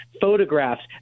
photographs